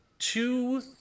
two